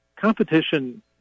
competition